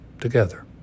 together